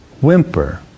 Whimper